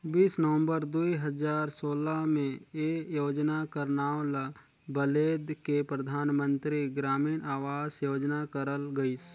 बीस नवंबर दुई हजार सोला में ए योजना कर नांव ल बलेद के परधानमंतरी ग्रामीण अवास योजना करल गइस